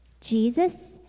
Jesus